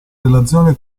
relazione